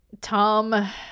Tom